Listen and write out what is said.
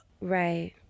right